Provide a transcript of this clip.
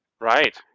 Right